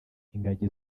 ingagi